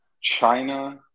China